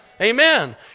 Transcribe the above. Amen